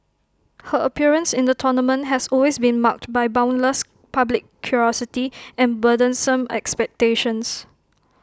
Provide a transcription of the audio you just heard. her appearance in the tournament has always been marked by boundless public curiosity and burdensome expectations